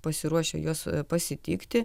pasiruošę juos pasitikti